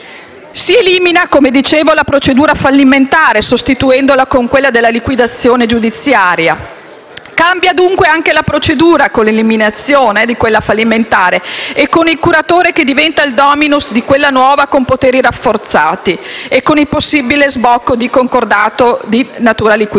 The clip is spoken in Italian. si elimina la procedura fallimentare sostituendola con quella della liquidazione giudiziale. Cambia dunque anche la procedura, con l'eliminazione di quella fallimentare e con il curatore che diventa il "*dominus*" di quella nuova con poteri rafforzati e il possibile sbocco di un concordato di natura liquidatoria.